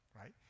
right